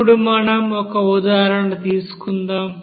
ఇప్పుడు మనం ఒక ఉదాహరణ తీసుకుందాం